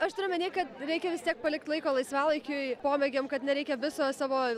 aš turiu omeny kad reikia vis tiek palikt laiko laisvalaikiui pomėgiam kad nereikia viso savo